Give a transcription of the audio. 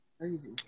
crazy